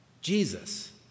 Jesus